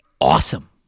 awesome